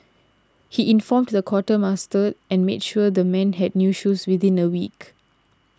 he informed the quartermaster and made sure the men had new shoes within a week